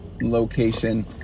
location